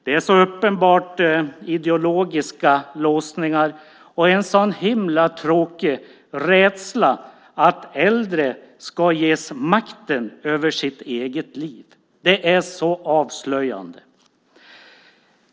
Det handlar uppenbarligen om ideologiska låsningar och en så himla tråkig rädsla för att äldre ska ges makten över sina egna liv. Det är så avslöjande.